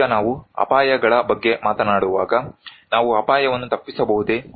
ಈಗ ನಾವು ಅಪಾಯಗಳ ಬಗ್ಗೆ ಮಾತನಾಡುವಾಗ ನಾವು ಅಪಾಯವನ್ನು ತಪ್ಪಿಸಬಹುದೇ